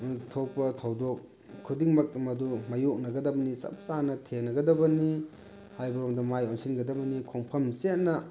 ꯊꯣꯛꯄ ꯊꯧꯗꯣꯛ ꯈꯨꯗꯤꯡꯃꯛ ꯃꯗꯨ ꯃꯥꯏꯌꯣꯛꯅꯒꯗꯕꯅꯤ ꯆꯞ ꯆꯥꯅ ꯊꯦꯡꯅꯒꯗꯕꯅꯤ ꯍꯥꯏꯕꯔꯣꯝꯗ ꯃꯥꯏ ꯑꯣꯟꯁꯤꯟꯒꯗꯕꯅꯤ ꯈꯣꯡꯐꯝ ꯆꯦꯠꯅ